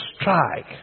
strike